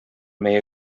meie